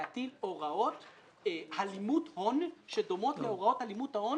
להטיל הוראות הלימות הון שדומות להוראות הלימות ההון